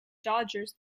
dodgers